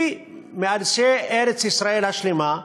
היא מאנשי ארץ-ישראל השלמה,